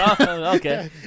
Okay